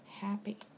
happy